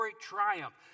triumph